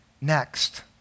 next